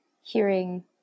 hearing